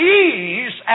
ease